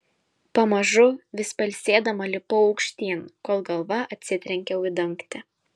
pamažu vis pailsėdama lipau aukštyn kol galva atsitrenkiau į dangtį